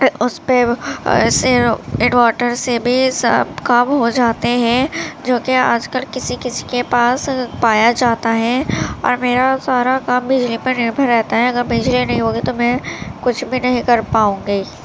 اس پہ انورٹر سے بھی سب کام ہو جاتے ہیں جو کہ آج کل کسی کسی کے پاس پایا جاتا ہے اور میرا سارا کام بجلی پر نربھر رہتا ہے اگر بجلی نہیں ہو گی تو میں کچھ بھی نہیں کر پاؤں گی